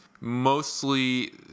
mostly